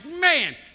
man